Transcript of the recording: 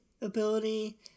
ability